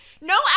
no